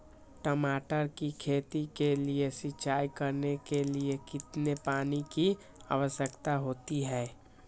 टमाटर की खेती के लिए सिंचाई करने के लिए कितने पानी की आवश्यकता होती है?